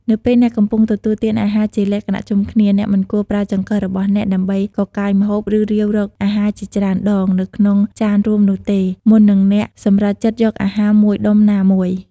នៅពេលអ្នកកំពុងទទួលទានអាហារជាលក្ខណៈជុំគ្នា អ្នកមិនគួរប្រើចង្កឹះរបស់អ្នកដើម្បី កកាយម្ហូប ឬរាវរកអាហារជាច្រើនដង នៅក្នុងចានរួមនោះទេ មុននឹងអ្នកសម្រេចចិត្តយកអាហារមួយដុំណាមួយ។